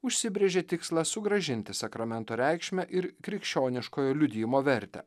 užsibrėžė tikslą sugrąžinti sakramento reikšmę ir krikščioniškojo liudijimo vertę